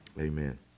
Amen